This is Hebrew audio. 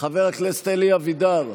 חבר הכנסת אלי אבידר,